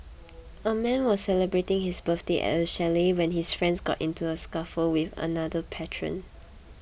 a man was celebrating his birthday at a chalet when his friends got into a scuffle with another patron